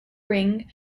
wing